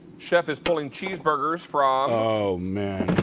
chef is pulling cheeseburgers from oh, man.